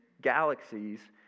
galaxies